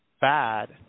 bad